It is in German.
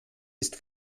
ist